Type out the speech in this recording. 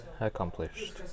accomplished